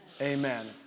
Amen